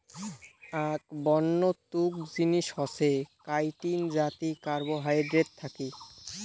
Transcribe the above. আক বন্য তুক জিনিস হসে কাইটিন যাতি কার্বোহাইড্রেট থাকি